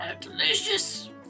delicious